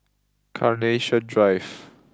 Carnation Drive